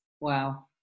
Wow